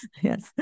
Yes